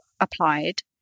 applied